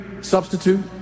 substitute